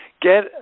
get